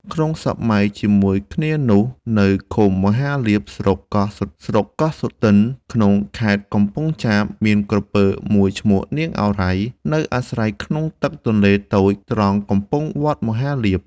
ក្នុងសម័យជាមួយគ្នានោះ នៅឃុំមហាលាភ ស្រុកកោះសុទិន ក្នុងខេត្តកំពង់ចាម មានក្រពើមួយឈ្មោះ " នាងឱរ៉ៃ " នៅអាស្រ័យក្នុងទឹកទន្លេតូច ត្រង់កំពង់វត្តមហាលាភ។